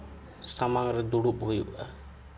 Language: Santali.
ᱥᱟᱢᱟᱝ ᱨᱮ ᱫᱩᱲᱩᱵ ᱦᱩᱭᱩᱜᱼᱟ